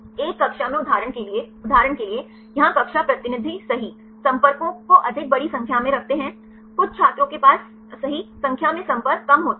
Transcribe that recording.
एक कक्षा में उदाहरण के लिए उदाहरण के लिए यहाँ कक्षा प्रतिनिधि सही संपर्कों को अधिक बड़ी संख्या में रखते हैं कुछ छात्रों के पास सही संख्या में संपर्क कम होते हैं